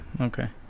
okay